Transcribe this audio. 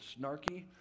snarky